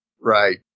Right